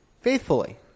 Faithfully